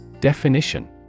Definition